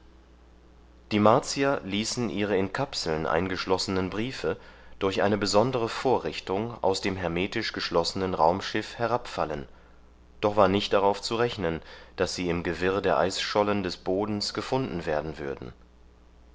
die martier ließen ihre in kapseln eingeschlossenen briefe durch eine besondere vorrichtung aus dem hermetisch geschlossenen raumschiff herabfallen doch war nicht darauf zu rechnen daß sie im gewirr der eisschollen des bodens gefunden werden würden